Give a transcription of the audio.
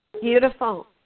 Beautiful